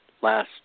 last